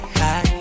high